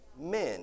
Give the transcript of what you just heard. men